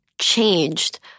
changed